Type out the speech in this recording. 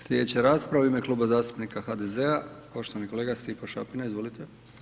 Slijedeća rasprava u ime Kluba zastupnika HDZ-a poštovani kolega Stipo Šapina, izvolite.